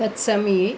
तत् समये